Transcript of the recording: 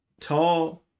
Tall